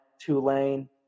Tulane